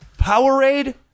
Powerade